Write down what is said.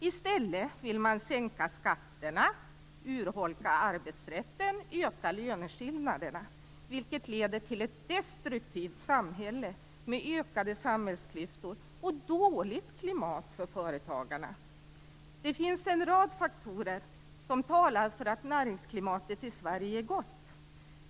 I stället vill man sänka skatterna, urholka arbetsrätten och öka löneskillnaderna, vilket leder till ett destruktivt samhälle med ökade samhällsklyftor och dåligt klimat för företagarna. Det finns en rad faktorer som talar för att näringsklimatet i Sverige är gott.